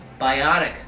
biotic